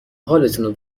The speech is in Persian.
حالتونو